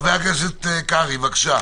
חבר הכנסת קרעי, בבקשה.